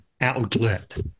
outlet